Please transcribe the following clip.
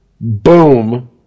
boom